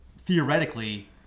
theoretically